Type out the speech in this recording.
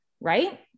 right